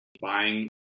buying